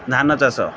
ଧାନ ଚାଷ